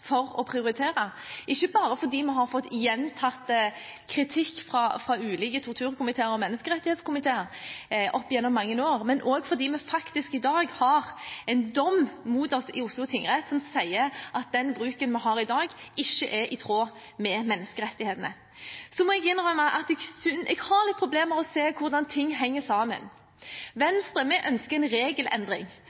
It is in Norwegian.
å prioritere – ikke bare fordi vi har fått gjentatt kritikk fra ulike torturkomiteer og menneskerettighetskomiteer gjennom mange år, men også fordi vi faktisk i dag har en dom mot oss i Oslo tingrett som sier at den bruken vi har i dag, ikke er i tråd med menneskerettighetene. Så må jeg innrømme at jeg har litt problemer med å se hvordan ting henger sammen. Venstre ønsker en regelendring